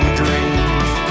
dreams